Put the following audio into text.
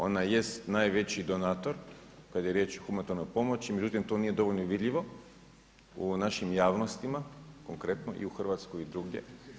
Ona jest najveći donator kada je riječ o humanitarnoj pomoći međutim to nije dovoljno vidljivo u našim javnostima konkretno i u Hrvatskoj i drugdje.